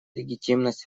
легитимность